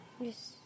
Yes